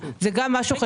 זה גם משהו חשוב.